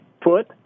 put